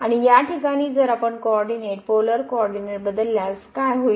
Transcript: आणि या ठिकाणी जर आपण कोऑरडीनेट पोलर कोऑरडीनेट बदलल्यास आता काय होईल